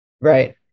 Right